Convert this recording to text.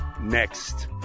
next